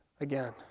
Again